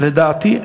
לדעתי,